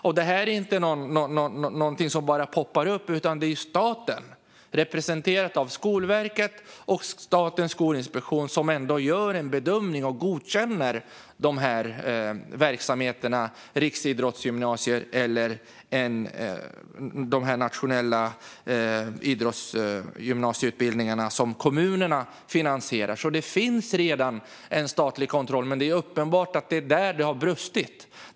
Och detta är inte något som bara poppar upp, utan det är staten, representerad av Skolverket och Statens skolinspektion, som gör en bedömning och godkänner dessa idrottsgymnasieutbildningar som kommunerna finansierar. Det finns alltså redan en statlig kontroll, men det är uppenbart att det är där det har brustit.